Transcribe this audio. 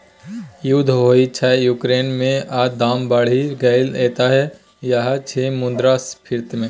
युद्ध होइ छै युक्रेन मे आ दाम बढ़ि गेलै एतय यैह छियै मुद्रास्फीति